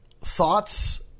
thoughts